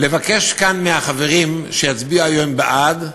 לבקש כאן מהחברים שיצביעו היום בעד,